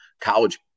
college